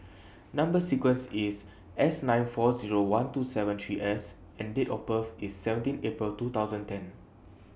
Number sequence IS S nine four Zero one two seven three S and Date of birth IS seventeen April two thousand and ten